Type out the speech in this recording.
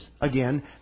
again